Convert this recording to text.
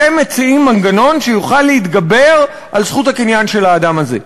אתם מציעים מנגנון שיוכל להתגבר על זכות הקניין של האדם הזה.